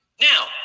now